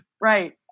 right